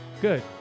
Good